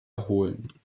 erholen